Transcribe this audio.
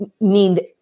need